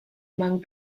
among